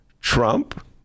Trump